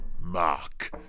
mark